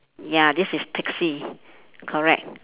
ya this is taxi correct